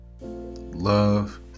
love